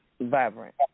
vibrant